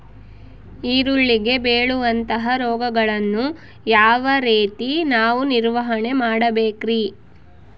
ಈರುಳ್ಳಿಗೆ ಬೇಳುವಂತಹ ರೋಗಗಳನ್ನು ಯಾವ ರೇತಿ ನಾವು ನಿವಾರಣೆ ಮಾಡಬೇಕ್ರಿ?